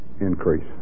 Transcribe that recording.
increase